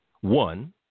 one